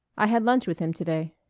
i had lunch with him to-day.